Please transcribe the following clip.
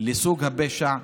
לסוג הפשע,